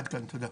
עד כאן, תודה.